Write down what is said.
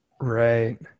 Right